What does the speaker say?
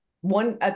one